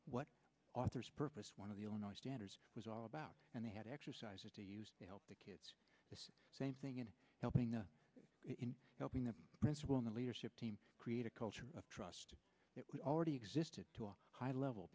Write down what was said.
what author's purpose one of the illinois standards was all about and they had exercises to use to help the kids this same thing and helping us in helping the principal in the leadership team create a culture of trust that we already existed to a high level